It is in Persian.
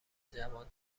جوان